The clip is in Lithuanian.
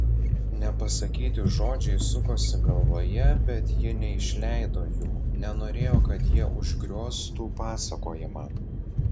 nepasakyti žodžiai sukosi galvoje bet ji neišleido jų nenorėjo kad jie užgrioztų pasakojimą